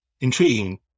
Intriguing